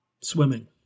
Swimming